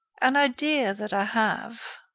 an idea that i have.